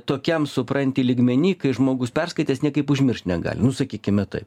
tokiam supranti lygmeny kai žmogus perskaitęs niekaip užmirš nu sakykime tai